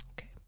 Okay